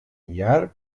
llarg